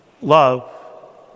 Love